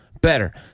Better